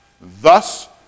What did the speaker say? Thus